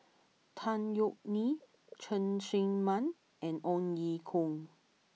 Tan Yeok Nee Cheng Tsang Man and Ong Ye Kung